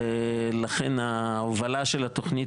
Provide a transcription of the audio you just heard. לכן, ההובלה של התוכנית